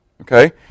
Okay